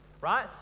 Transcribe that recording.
right